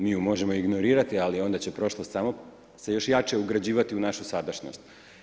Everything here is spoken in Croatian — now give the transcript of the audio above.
Mi ju možemo ignorirati, ali onda će prošlost samo se još jače ugrađivati u našu sadašnjost.